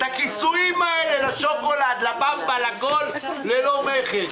את הכיסויים האלה לשוקולד, לבמבה ללא מכס.